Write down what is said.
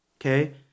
okay